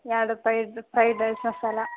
ಎರ್ಡು ರೂಪಾಯ್ದು fried rice masala